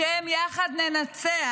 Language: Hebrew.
בשם "יחד ננצח"